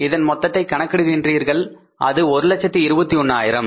இதன் மொத்தத்தை கணக்கிடுகின்றீர்கள் அது 121000